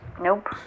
Nope